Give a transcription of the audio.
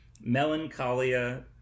melancholia